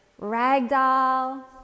Ragdoll